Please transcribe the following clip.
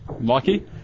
Lucky